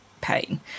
pain